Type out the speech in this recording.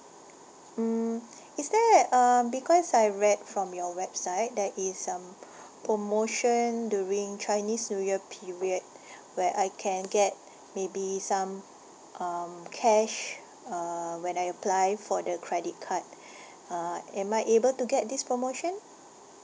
mm is there uh because I read from your website that is um promotion during chinese new year period where I can get maybe some um cash uh when I apply for the credit card uh am I able to get this promotion